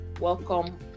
Welcome